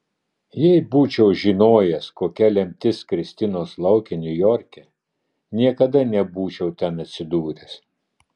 jei būčiau žinojęs kokia lemtis kristinos laukia niujorke niekada nebūčiau ten atsidūręs